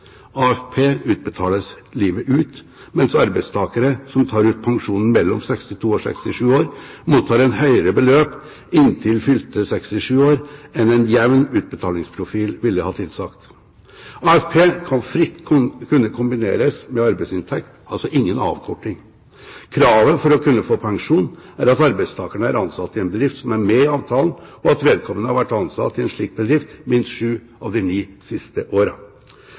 AFP utbetales livet ut, mens arbeidstakere mellom 62 og 67 år som tar ut pensjon, mottar et høyere beløp inntil fylte 67 år enn en jevn utbetalingsprofil ville ha tilsagt. AFP skal fritt kunne kombineres med arbeidsinntekt – altså ingen avkorting. Kravet for å kunne få pensjon er at arbeidstakeren er ansatt i en bedrift som er med i avtalen, og at vedkommende har vært ansatt i en slik bedrift i minst sju av de ni siste